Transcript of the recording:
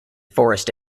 forest